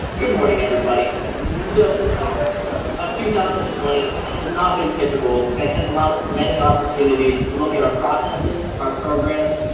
good morning, everybody. good morning. so, the summer of two thousand and twenty has not been typical and has allowed us many opportunities to look at our processes our programs,